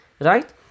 right